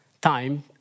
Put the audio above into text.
time